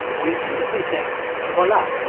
we intuitively think, voila,